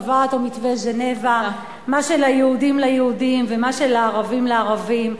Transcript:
קבע אותו מתווה ז'נבה: מה שליהודים ליהודים ומה שלערבים לערבים.